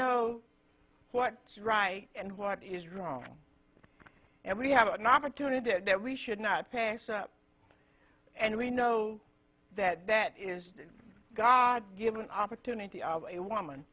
know what is right and what is wrong and we have an opportunity that we should not pass up and we know that that is the god given opportunity of a woman